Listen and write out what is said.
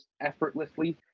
effortlessly